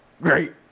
great